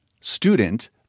student